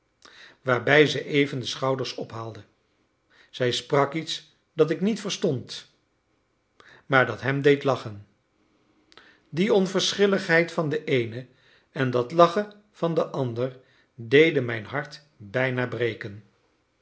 waarbij ze even de schouders ophaalde zij sprak iets dat ik niet verstond maar dat hem deed lachen die onverschilligheid van de eene en dat lachen van den ander deden mijn hart bijna breken